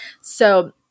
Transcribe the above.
So-